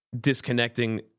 disconnecting